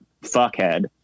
fuckhead